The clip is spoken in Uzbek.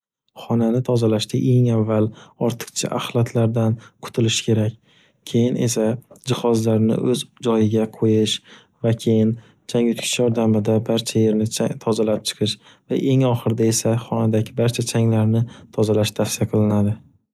Xonani tozalashda eng avval ortiqchi axlatlardan qutilish kerak, keyin esa jihozlarni oʻz joyiga qo'yish va keyin chanyutgich yordamida barcha yerni tozalab chiqish va eng oxirida esa xonadagi barcha changlarni tozalash tavsiya qilinadi.